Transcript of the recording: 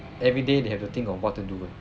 everyday they have to think of what to do eh